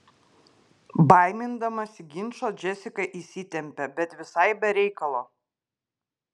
baimindamasi ginčo džesika įsitempė bet visai be reikalo